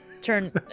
turn